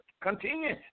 continue